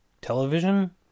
television